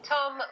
Tom